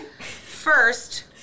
First